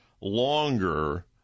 longer